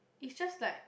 is just like